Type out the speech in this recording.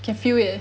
can feel it